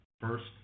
First